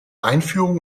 einführung